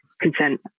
consent